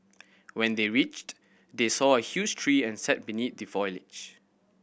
when they reached they saw a huge tree and sat beneath the foliage